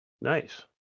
Nice